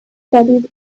studies